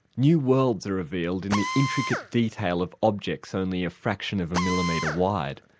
new worlds are revealed in the intricate detail of objects only a fraction of a millimetre wide.